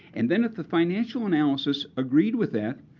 and then if the financial analysis agreed with that,